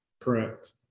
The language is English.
Correct